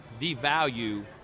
devalue